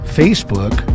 facebook